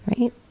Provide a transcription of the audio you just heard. Right